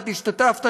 את השתתפת,